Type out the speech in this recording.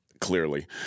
Clearly